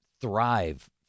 thrive